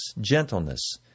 gentleness